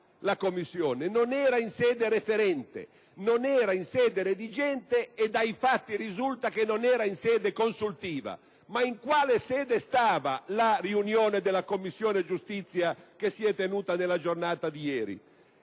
deliberante, non era in sede referente, non era in sede redigente e dai fatti risulta che non era in sede consultiva. In quale sede si stava svolgendo allora la riunione della Commissione giustizia che si è tenuta nella giornata di ieri?